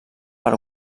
per